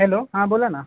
hello हां बोला ना